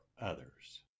others